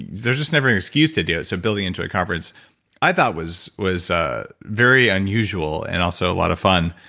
there's just never an excuse to do it. so building it into a conference i thought was was ah very unusual and also a lot of fun.